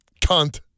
Cunt